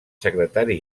secretari